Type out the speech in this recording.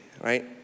right